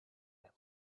that